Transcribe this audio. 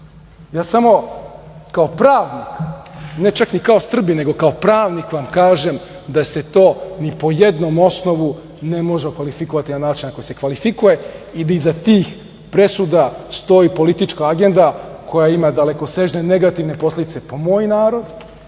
samo kao pravnik, ne čak ni kao Srbin, nego kao pravnik kažem da se to ni po jednom osnovu ne može okvalifikovati na način kako se kvalifikuje i da iza tih presuda stoji politička agenda, koja ima dalekosežne negativne posledice po moj narod,